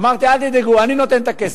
אמרתי: אל תדאגו, אני נותן את הכסף.